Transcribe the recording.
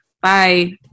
Bye